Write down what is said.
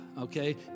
okay